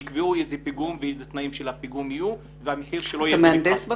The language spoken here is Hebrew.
במכרז יקבעו אלו תנאי פיגום יהיו והמחיר שלו --- אתה מהנדס?